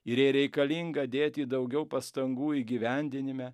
ir jei reikalinga dėti daugiau pastangų įgyvendinime